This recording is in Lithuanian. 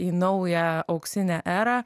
į naują auksinę erą